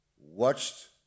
watched